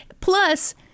plus